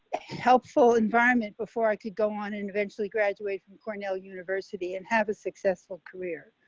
helpful environment before i could go on and eventually graduated from cornell university and have a successful career.